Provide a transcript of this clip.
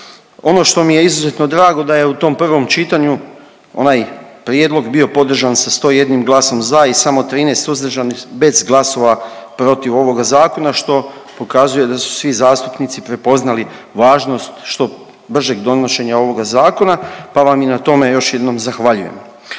Ono što mi je izuzetno drago da je u tom prvom čitanju, onaj prijedlog bio podržan sa 101. glasom za i samo 13 suzdržanih bez glasova protiv ovoga zakona, što pokazuje da su svi zastupnici prepoznali važnost što bržeg donošenja ovoga zakona pa vam i na tome još jednom zahvaljujem.